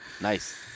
nice